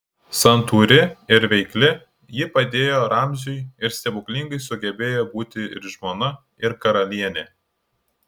santūri ir veikli ji padėjo ramziui ir stebuklingai sugebėjo būti ir žmona ir karalienė